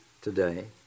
today